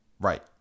Right